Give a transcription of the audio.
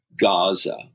Gaza